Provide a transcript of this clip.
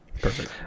Perfect